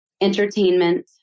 entertainment